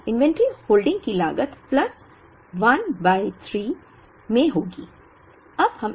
तो inventory holding की लागत प्लस 1 बाय 3 में होगी